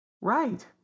Right